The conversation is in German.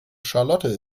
charlotte